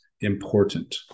important